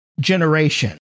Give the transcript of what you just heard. generation